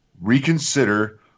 reconsider